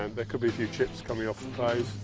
and there could be a few chips coming off the clay.